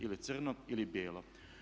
Ili crno ili bijelo.